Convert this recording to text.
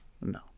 No